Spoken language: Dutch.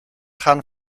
gaan